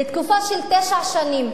לתקופה של תשע שנים,